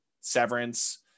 Severance